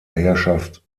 herrschaft